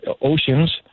oceans